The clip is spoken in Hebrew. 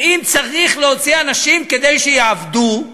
ואם צריך להוציא אנשים כדי שיעבדו,